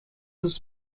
was